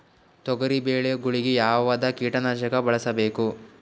ತೊಗರಿಬೇಳೆ ಗೊಳಿಗ ಯಾವದ ಕೀಟನಾಶಕ ಬಳಸಬೇಕು?